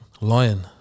Lion